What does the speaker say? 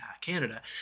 Canada